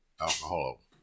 alcohol